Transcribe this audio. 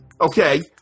Okay